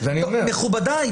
מכובדיי,